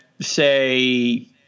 say